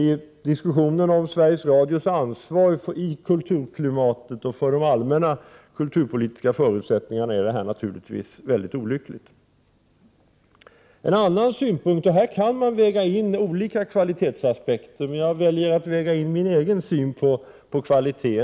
I diskussionerna om Sveriges Radios ansvar i kulturklimatet och för de allmänna kulturpolitiska förutsättningarna är detta naturligtvis mycket olyckligt. I detta sammanhang kan olika kvalitetsaspekter vägas in, men jag väljer att väga in min egen syn på kvalitet.